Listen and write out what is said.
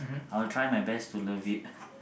I will try my best to love it